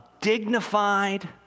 dignified